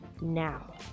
now